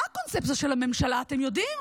מה הקונספציה של הממשלה, אתם יודעים?